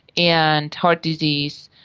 and heart disease.